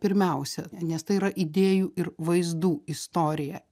pirmiausia nes tai yra idėjų ir vaizdų istorija